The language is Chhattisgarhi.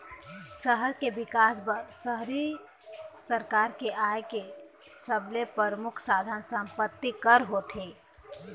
सहर के बिकास बर शहरी सरकार के आय के सबले परमुख साधन संपत्ति कर होथे